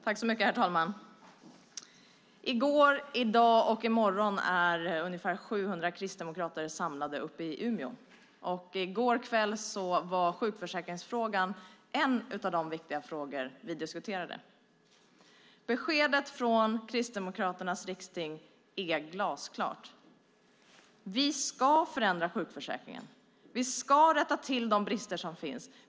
Herr talman! I går, i dag och i morgon är ungefär 700 kristdemokrater samlade uppe i Umeå. I går kväll var sjukförsäkringsfrågan en av de viktiga frågor vi diskuterade. Beskedet från Kristdemokraternas riksting är glasklart: Vi ska förändra sjukförsäkringen. Vi ska rätta till de brister som finns.